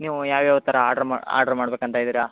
ನೀವು ಯಾವ್ಯಾವ ಥರ ಆರ್ಡ್ರು ಮ ಆರ್ಡ್ರು ಮಾಡಬೇಕಂತ ಇದ್ದೀರಾ